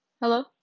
hello